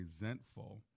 resentful